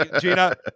Gina